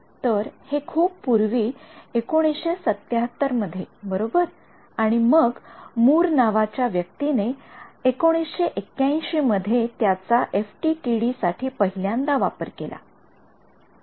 तर हे खूप पूर्वी १९७७ मध्ये बरोबर आणि मग मूर नावाच्या व्यक्तीने १९८१ मध्ये त्याचा एफडीटीडी साठी पहिल्यांदा वापर केला